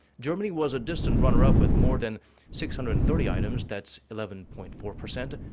germany was a distant runner up with more than six hundred and thirty items that's eleven-point-four percent.